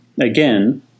again